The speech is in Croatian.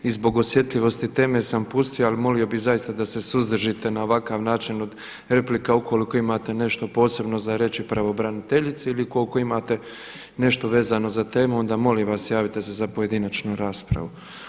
I zbog osjetljivosti teme sam pustio, ali molio bih zaista da se suzdržite na ovakav način od replika ukoliko imate nešto posebno reći pravobraniteljici ili ukoliko imate nešto vezano za temu, onda molim vas javite se za pojedinačnu raspravu.